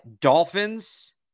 dolphins